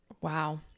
Wow